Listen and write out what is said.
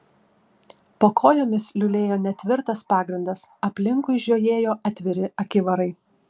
po kojomis liulėjo netvirtas pagrindas aplinkui žiojėjo atviri akivarai